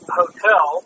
hotel